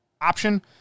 option